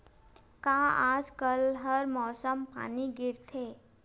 का आज कल हर मौसम पानी गिरथे?